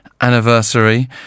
anniversary